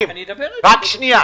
גפני,